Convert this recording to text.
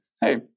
Hey